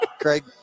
craig